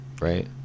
Right